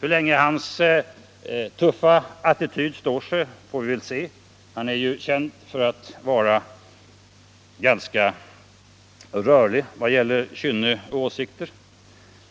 Hur länge hans tuffa attityd står sig får vi väl se — han är ju känd för att vara ganska rörlig vad det gäller kynne och åsikter.